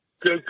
Good